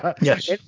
yes